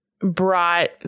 brought